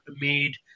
Made